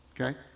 Okay